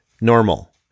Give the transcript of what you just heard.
normal